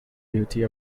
beauty